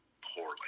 poorly